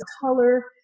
color